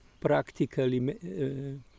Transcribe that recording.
practically